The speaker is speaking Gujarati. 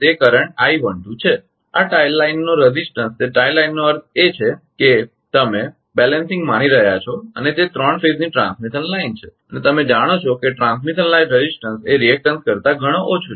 આ ટાઇ લાઇનનો પ્રતિકારરેઝિસ્ટંસ તે ટાઇ લાઇનનો અર્થ એ છે કે તમે સંતુલન માની રહ્યા છો અને તે ત્રણ ફેઝની ટ્રાન્સમિશન લાઇન છે અને તમે જાણો છો કે ટ્રાન્સમિશન લાઇન રેઝિસ્ટન્સ એ રિએક્ટન્સ કરતાં ઘણો ઓછો છે